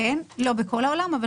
לא בכל העולם.